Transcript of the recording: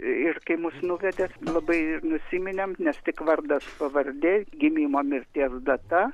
ir kai mus nuvedė labai nusiminėm nes tik vardas pavardė gimimo mirties data